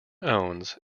owns